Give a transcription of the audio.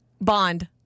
Bond